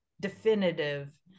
definitive